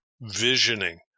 visioning